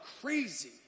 crazy